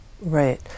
Right